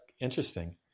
interesting